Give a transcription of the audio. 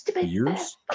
Years